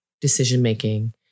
decision-making